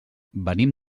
venim